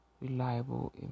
reliable